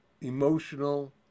emotional